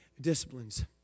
disciplines